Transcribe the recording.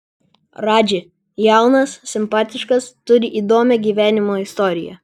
radži jaunas simpatiškas turi įdomią gyvenimo istoriją